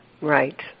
Right